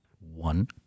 one